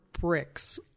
bricks